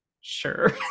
sure